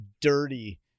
dirty